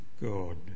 God